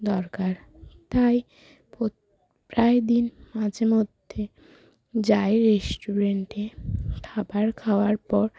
দরকার তাই প্রায় দিন মাঝেমধ্যে যাই রেস্টুরেন্টে খাবার খাওয়ার পর